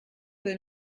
will